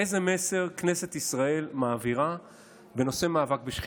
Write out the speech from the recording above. איזה מסר כנסת ישראל מעבירה בנושא מאבק בשחיתות?